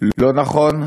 לא נכון,